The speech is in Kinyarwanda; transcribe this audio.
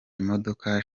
imodoka